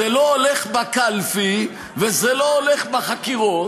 זה לא הולך בקלפי וזה לא הולך בחקירות,